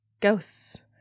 Ghosts